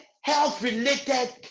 health-related